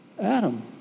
Adam